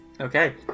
Okay